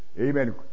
amen